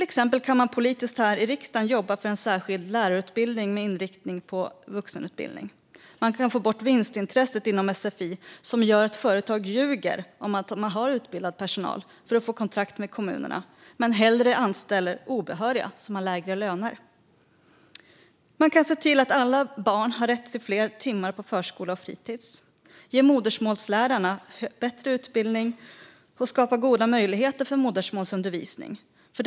Exempelvis kan man politiskt här i riksdagen jobba för en särskild lärarutbildning med inriktning på vuxenutbildning. Man kan få bort vinstintresset inom sfi som gör att företag ljuger om att de har utbildad personal för att få kontrakt med kommunerna men hellre anställer obehöriga som har lägre löner. Man kan också se till att alla barn har rätt till fler timmar på förskola och fritis. Man kan ge modersmålslärarna bättre utbildning och skapa goda möjligheter för modersmålsundervisningen.